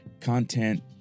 content